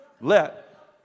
Let